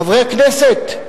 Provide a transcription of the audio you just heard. חברי הכנסת,